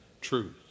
truth